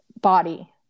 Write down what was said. body